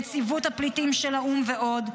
נציבות הפליטים של האו"ם ועוד,